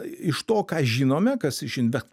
iš to ką žinome kas iš inve